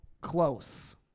close